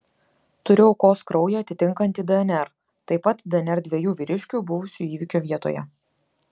turiu aukos kraują atitinkantį dnr taip pat dnr dviejų vyriškių buvusių įvykio vietoje